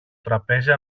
τραπέζι